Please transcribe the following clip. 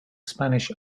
spanish